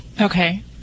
Okay